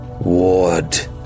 Ward